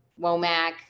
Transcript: Womack